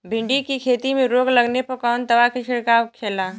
भिंडी की खेती में रोग लगने पर कौन दवा के छिड़काव खेला?